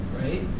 right